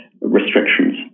restrictions